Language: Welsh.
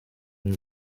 nhw